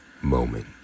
moment